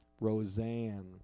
Roseanne